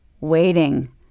waiting